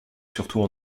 surtout